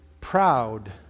proud